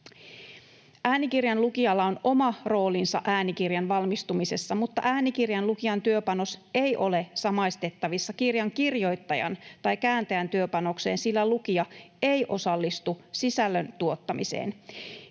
Äänikirjan lukijalla on oma roolinsa äänikirjan valmistumisessa, mutta äänikirjan lukijan työpanos ei ole samaistettavissa kirjan kirjoittajan tai kääntäjän työpanokseen, sillä lukija ei osallistu sisällön tuottamiseen.